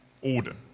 order